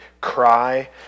cry